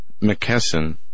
McKesson